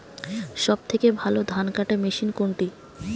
সবথেকে ভালো ধানকাটা মেশিন কোনটি?